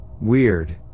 weird